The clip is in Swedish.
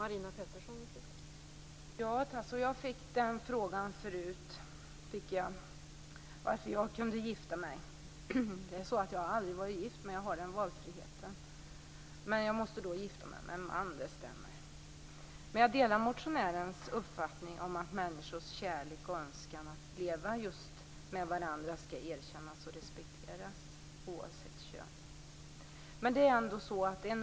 Fru talman! Ja, Tasso, jag fick den frågan förut, varför jag kunde gifta mig. Det är så att jag aldrig har varit gift, men jag har den valfriheten. Men jag måste då gifta mig med en man, det stämmer. Jag delar motionärens uppfattning att människors kärlek och önskan att leva med varandra skall erkännas och respekteras - oavsett kön.